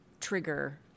trigger